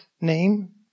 name